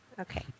okay